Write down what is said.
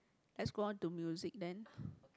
let's go on to music then